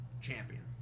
champion